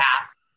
ask